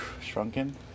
shrunken